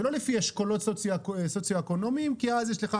ולא לפי אשכולות סוציו-אקונומיים כי אז יש לך